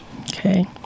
okay